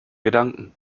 gedanken